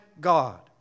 God